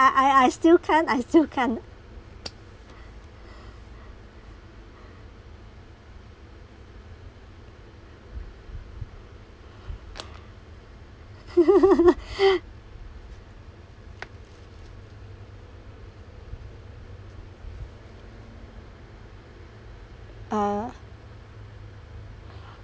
I still can't I still can't uh